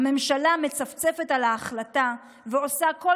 הממשלה מצפצפת על ההחלטה ועושה כל